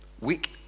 week